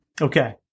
Okay